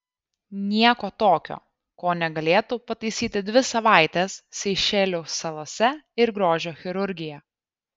nieko tokio ko negalėtų pataisyti dvi savaitės seišelių salose ir grožio chirurgija